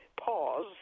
pause